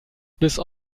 bis